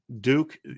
duke